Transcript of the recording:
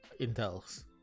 intel's